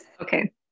okay